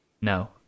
no